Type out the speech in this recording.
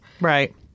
Right